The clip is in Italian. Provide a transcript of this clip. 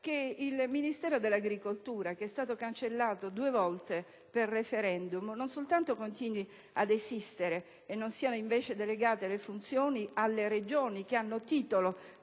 che il Ministero dell'agricoltura, che è stato cancellato due volte per *referendum*, non soltanto continui ad esistere, senza che siano invece state delegate le funzioni alle Regioni che hanno titolo